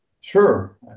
Sure